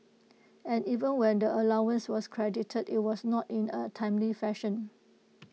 and even when the allowance was credited IT was not in A timely fashion